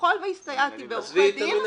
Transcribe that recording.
ככל שהסתייעתי בעורך דין --- עזבי את המינהלי.